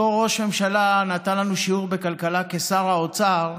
אותו ראש ממשלה נתן לנו שיעור בכלכלה, כשר אוצר,